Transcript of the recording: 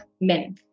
men